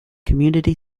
community